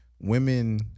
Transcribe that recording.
Women